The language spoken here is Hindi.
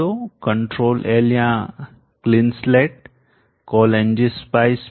ctrl L या clean slate call ng spice pvcir